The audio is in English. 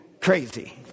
crazy